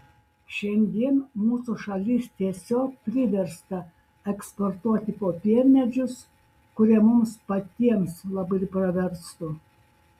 šiandien mūsų šalis tiesiog priversta eksportuoti popiermedžius kurie mums patiems labai praverstų